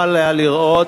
יכול היה לראות,